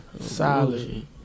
Solid